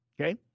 okay